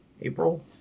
April